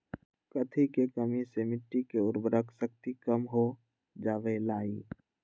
कथी के कमी से मिट्टी के उर्वरक शक्ति कम हो जावेलाई?